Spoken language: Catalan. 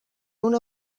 una